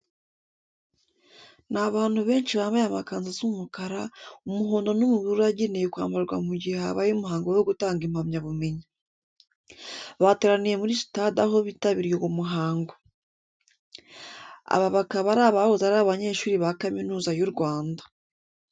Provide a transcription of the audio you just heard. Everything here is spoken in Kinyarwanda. Ni abantu benshi bambaye amakanzu asa umukara, umuhondo n'ubururu yagenewe kwambarwa mu gihe habaye umuhango wo gutanga impamyabumenyi. Bateraniye muri sitade aho bitabiriye uwo muhango. Aba bakaba ari abahoze ari abanyeshuri ba Kaminuza y'u Rwanda.